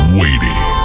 waiting